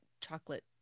chocolate